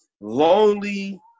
lonely